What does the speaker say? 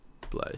play